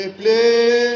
play